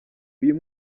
uyu